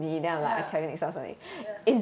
ya ya